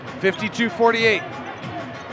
52-48